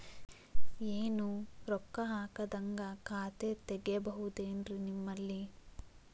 ಏನು ರೊಕ್ಕ ಹಾಕದ್ಹಂಗ ಖಾತೆ ತೆಗೇಬಹುದೇನ್ರಿ ನಿಮ್ಮಲ್ಲಿ?